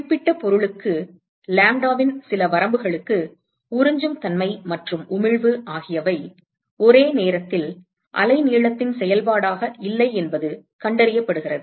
குறிப்பிட்ட பொருளுக்கு லாம்ப்டாவின் சில வரம்புகளுக்கு உறிஞ்சும் தன்மை மற்றும் உமிழ்வு ஆகியவை ஒரே நேரத்தில் அலைநீளத்தின் செயல்பாடாக இல்லை என்பது கண்டறியப்படுகிறது